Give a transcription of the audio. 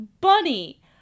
bunny